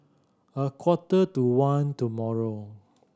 a quarter to one tomorrow